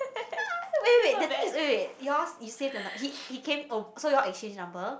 wait wait wait the thing is wait wait wait yours is same or not he he came so you all exchanged number